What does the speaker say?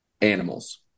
animals